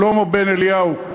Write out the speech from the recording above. שלמה בן-אליהו,